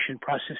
process